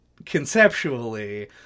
Conceptually